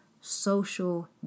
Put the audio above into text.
social